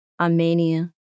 Armenia